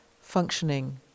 functioning